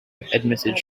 admitted